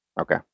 Okay